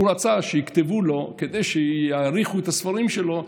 הוא רצה שכדי שיעריכו את הספרים שלו,